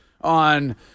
on